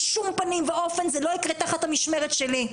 בשום פנים ואופן זה לא יקרה תחת המשמרת שלי.